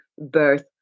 birth